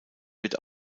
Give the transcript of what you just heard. wird